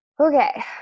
Okay